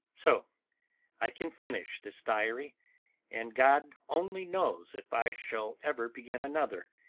so i can finish this diary and god only knows if i shall ever begin another.